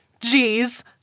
Jeez